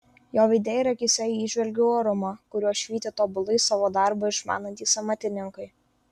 jo veide ir akyse įžvelgiau orumą kuriuo švyti tobulai savo darbą išmanantys amatininkai